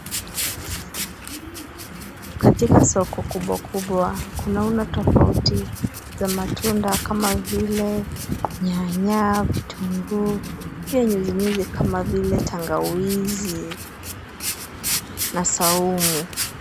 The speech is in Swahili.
Katika soko kubwa kubwa tunaona tofauti za matunda kama vile nyanaya, vitunguu, pia nyuzinyuzi kama vile tangawizi na saumu.